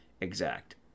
exact